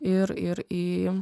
ir ir į